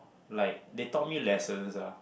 like they taught me lessons ah